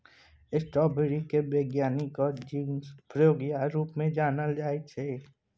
strawberry केर बैज्ञानिक नाओ जिनस फ्रेगेरिया रुप मे जानल जाइ छै